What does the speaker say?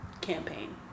campaign